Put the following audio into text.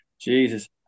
Jesus